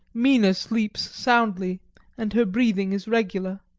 mina sleeps soundly and her breathing is regular.